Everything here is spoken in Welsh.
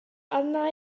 arna